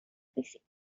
physics